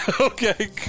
Okay